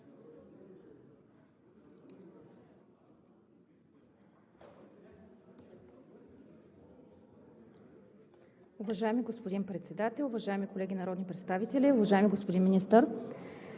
Уважаеми господин Председател, уважаеми колеги народни представители, уважаеми господин Министър!